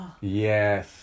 Yes